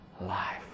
life